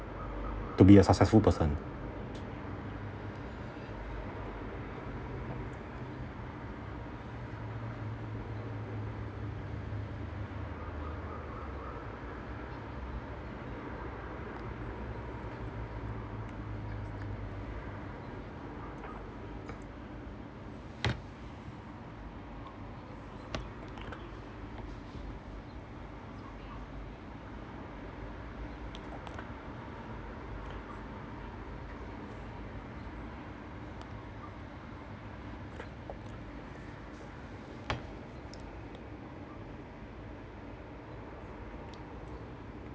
to be a successful person